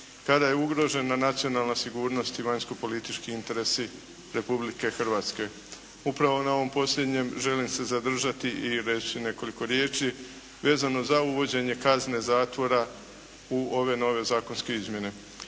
kada je ugrožena nacionalna sigurnost i vanjskopolitički interesi Republike Hrvatske. Upravo na ovom posljednjem želim se zadržati i reći nekoliko riječi vezano za uvođenje kazne zatvora u ove nove zakonske izmjene.